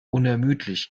unermüdlich